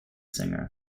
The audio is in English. singer